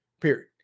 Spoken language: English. period